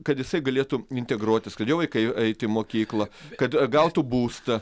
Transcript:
kad jisai galėtų integruotis kad jo vaikai eiti į mokyklą kad gautų būstą